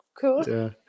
cool